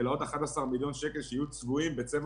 אלא בעוד 11 מיליון שקל שיהיו צבועים בצבע